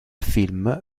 film